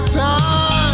time